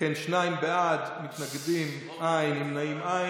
שניים בעד, אין מתנגדים, אין נמנעים.